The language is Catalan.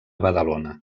badalona